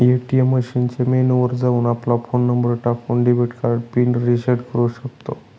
ATM मशीनच्या menu वर जाऊन, आपला फोन नंबर टाकून, डेबिट कार्ड पिन रिसेट करू शकतो